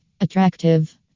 Attractive